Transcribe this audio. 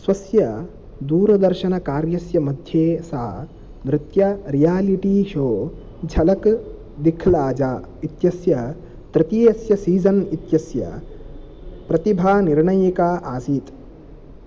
स्वस्य दूरदर्शनकार्यस्य मध्ये सा नृत्य रियालिटी शो झलक् दिख्लाजा इत्यस्य तृतीयस्य सीसन् इत्यस्य प्रतिभानिर्णयिका आसीत्